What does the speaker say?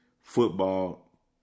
football